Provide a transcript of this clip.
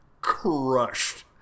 crushed